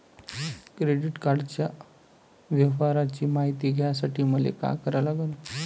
Credit कार्डाच्या व्यवहाराची मायती घ्यासाठी मले का करा लागन?